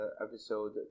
episode